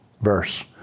verse